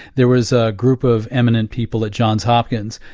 there was a group of eminent people at johns hopkins,